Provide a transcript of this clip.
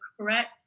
correct